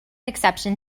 exception